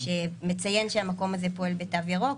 שמציין שהמקום הזה פועל בתו ירוק,